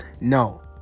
no